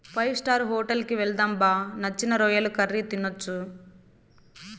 five star hotel కి వెళ్దాం బా నచ్చిన రొయ్యల కర్రీ తినొచ్చు